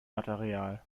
material